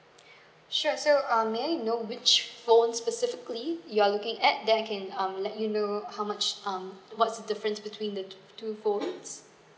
sure so um may I know which phone specifically you're looking at then I can um let you know how much um what's the difference between the two rooms